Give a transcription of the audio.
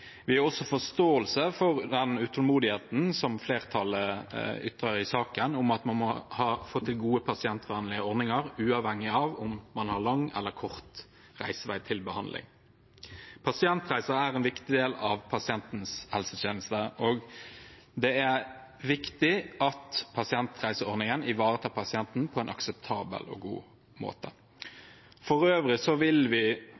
Vi har også forståelse for den utålmodigheten som flertallet ytrer i saken, om at man må få til gode, pasientvennlige ordninger, uavhengig av om pasienten har lang eller kort reisevei til behandling. Pasientreiser er en viktig del av pasientens helsetjeneste, og det er viktig at pasientreiseordningen ivaretar pasienten på en akseptabel og god måte. For øvrig vil vi